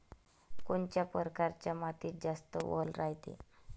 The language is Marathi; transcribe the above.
कोनच्या परकारच्या मातीत जास्त वल रायते?